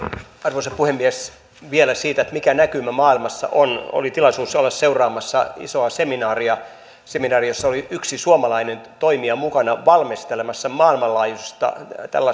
arvoisa puhemies vielä siitä mikä näkymä maailmassa on oli tilaisuus olla seuraamassa isoa seminaaria seminaaria jossa oli yksi suomalainen toimija mukana valmistelemassa maailmanlaajuista